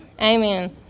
Amen